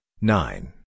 nine